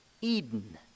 Eden